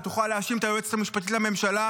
תוכל להאשים את היועצת המשפטית לממשלה,